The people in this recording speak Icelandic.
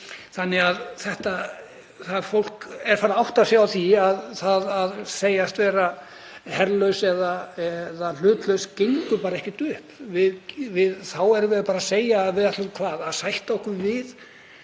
það var í Sviss. Fólk er farið að átta sig á því að það að segjast vera herlaus eða hlutlaus gengur ekkert upp. Þá erum við bara að segja að við ætlum að sætta okkur við